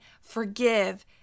forgive